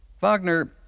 Wagner